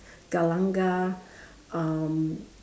galangal um